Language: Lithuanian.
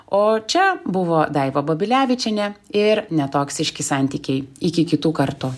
o čia buvo daiva babilevičienė ir netoksiški santykiai iki kitų kartų